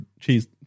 cheese